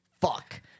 Fuck